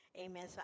amen